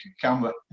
camera